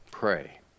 Pray